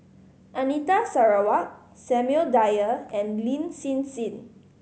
Anita Sarawak Samuel Dyer and Lin Hsin Hsin